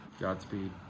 Godspeed